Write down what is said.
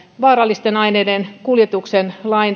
vaarallisten aineiden kuljetuksesta